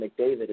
McDavid